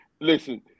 Listen –